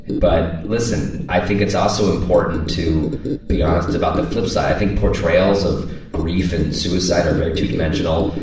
but, listen, i think it's also important to be honest about the flip side. i think portrayals of grief and suicide are very two-dimensional,